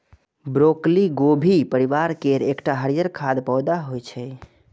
broccoli गोभी परिवार केर एकटा हरियर खाद्य पौधा होइ छै